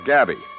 Gabby